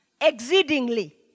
exceedingly